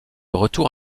retour